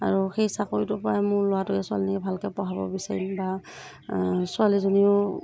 আৰু সেই চাকৰিটোৰ পৰাই মোৰ ল'ৰাটোকে ছোৱালীজনীকে ভালকৈ পঢ়াব বিচাৰিম বা ছোৱালীজনীও